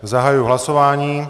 Zahajuji hlasování.